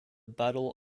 battle